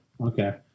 Okay